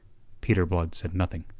peter blood said nothing.